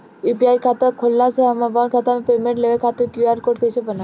UPI खाता होखला मे हम आपन खाता मे पेमेंट लेवे खातिर क्यू.आर कोड कइसे बनाएम?